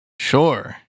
Sure